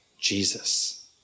Jesus